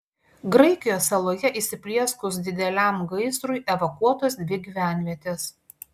graikijos saloje įsiplieskus dideliam gaisrui evakuotos dvi gyvenvietės